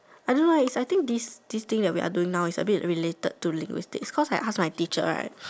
I don't know eh it's I think this this thing that we are doing now it's a bit related to linguistics cause like half my teacher right